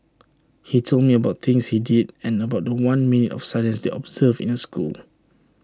he told me about things he did and about The One minute of silence they observed in the school